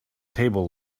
table